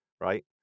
right